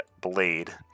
Blade